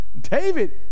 David